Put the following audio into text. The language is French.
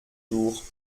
jours